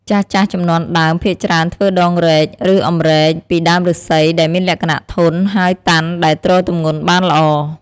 ចាស់ៗជំនាន់ដើម ភាគច្រើនធ្វើដងរែក ឬអម្រែក ពីដើមឫស្សីដែលមានលក្ខណៈធន់ ហើយតាន់ដែលទ្រទម្ងន់បានល្អ។